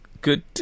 good